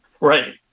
Right